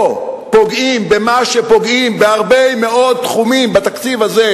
פה פוגעים במה שפוגעים בהרבה מאוד תחומים בתקציב הזה,